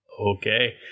Okay